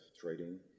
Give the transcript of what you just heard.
trading